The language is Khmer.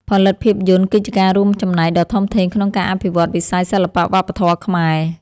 ផលិតភាពយន្តគឺជាការរួមចំណែកដ៏ធំធេងក្នុងការអភិវឌ្ឍន៍វិស័យសិល្បៈវប្បធម៌ខ្មែរ។